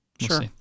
Sure